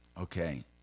okay